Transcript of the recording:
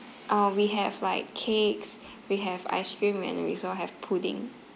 uh we have like cakes we have ice cream and we also have pudding